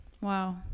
wow